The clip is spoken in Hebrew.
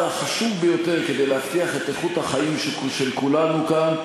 החשוב ביותר כדי להבטיח את איכות החיים של כולנו כאן,